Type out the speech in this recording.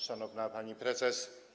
Szanowna Pani Prezes!